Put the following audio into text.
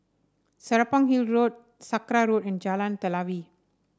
Serapong Hill Road Sakra Road and Jalan Telawi